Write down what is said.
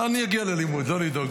אגיע ללימוד, ללא לדאוג.